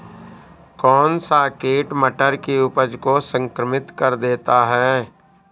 कौन सा कीट मटर की उपज को संक्रमित कर देता है?